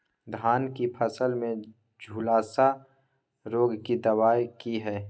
धान की फसल में झुलसा रोग की दबाय की हय?